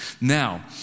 now